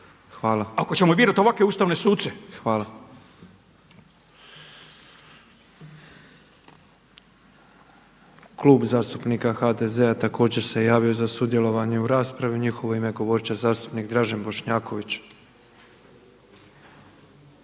Ako ćemo birati ovakve ustavne suce./ … Hvala. **Petrov, Božo (MOST)** Klub zastupnika HDZ-a također se javio za sudjelovanje u raspravi. U njihovo ime govoriti će zastupnik Dražen Bošnjaković.